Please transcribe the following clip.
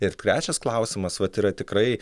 ir trečias klausimas vat yra tikrai